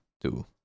Two